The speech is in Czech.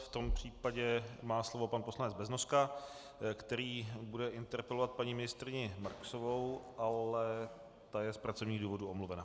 V tom případě má slovo pan poslanec Beznoska, který bude interpelovat paní ministryni Marksovou, ale ta je z pracovních důvodů omluvena.